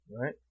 right